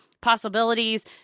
possibilities